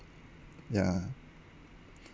ya